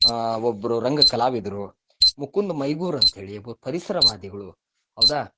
ಒಬ್ಬರು ರಂಗ ಕಲಾವಿದರು ಮುಕುಂದ ಮೈಗೂರು ಅಂತ್ಹೇಳಿ ಒಬ್ಬ ಪರಿಸರವಾದಿಗಳು ಹೌದಾ